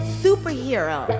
superhero